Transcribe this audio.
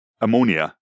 Ammonia